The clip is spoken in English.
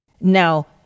Now